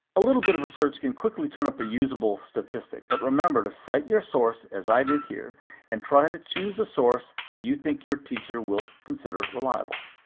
a little bit of research can quickly turn up a useable statistic, but remember to cite your source as i did here and try to choose a source that you think your teacher will consider reliable.